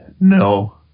No